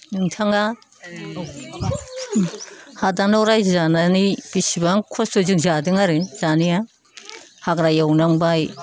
नोंथाङा हादानाव रायजो जानानै बेसेबां कस्त'जों जादों आरो जानाया हाग्रा एवनांबाय